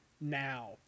now